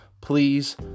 Please